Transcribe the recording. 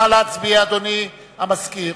נא להצביע, אדוני המזכיר.